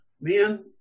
man